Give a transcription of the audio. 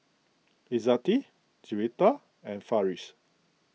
Izzati Juwita and Farish